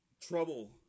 trouble